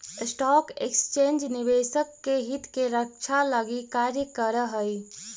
stock exchange निवेशक के हित के रक्षा लगी कार्य करऽ हइ